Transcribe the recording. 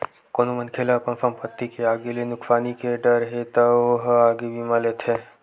कोनो मनखे ल अपन संपत्ति के आगी ले नुकसानी के डर हे त ओ ह आगी बीमा लेथे